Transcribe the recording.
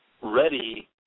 ready